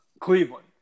Cleveland